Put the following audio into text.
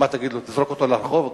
מה תגיד לו, תזרוק אותו לרחוב?